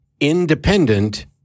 independent